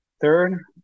Third